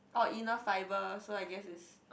or inner fiber so I guess is